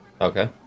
Okay